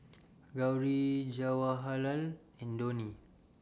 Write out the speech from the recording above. Gauri Jawaharlal and Dhoni